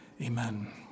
Amen